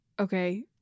okay